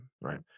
right